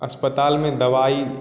अस्पताल में दवाई